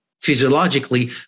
physiologically